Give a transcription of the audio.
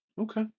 Okay